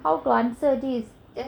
how to answer this